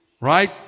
right